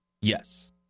Yes